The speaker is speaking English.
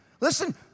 Listen